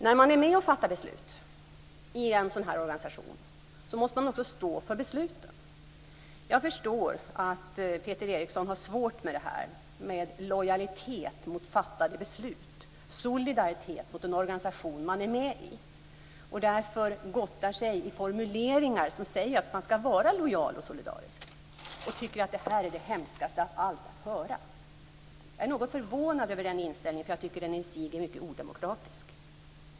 När man är med och fattar beslut i en sådan här organisation måste man också stå för beslutet. Jag förstår att Peter Eriksson har svårt med lojalitet mot fattade beslut och solidaritet mot den organisation som man är med i. Han gottar sig därför i formuleringar som säger att man skall vara lojal och solidarisk och tycker att det är det hemskaste av allt att höra. Jag är något förvånad över den inställningen och tycker att den i sig är mycket odemokratisk.